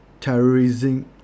terrorizing